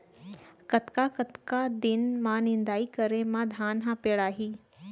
कतका कतका दिन म निदाई करे म धान ह पेड़ाही?